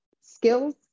skills